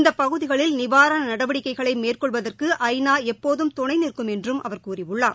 இந்தபகுதிளில் நிவாரணநடவடிக்கைகளைமேற்கொள்வதற்கு ஐ நாட்டி எப்போதும் துணைநிற்கும் என்றுஅவர் கூறியுள்ளார்